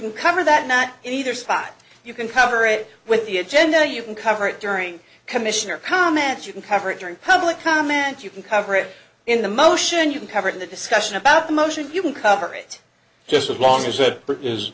can cover that not either spot you can cover it with the agenda or you can cover it during commission or comment you can cover it during public comment you can cover it in the motion you covered in the discussion about the motion you can cover it just as long as it is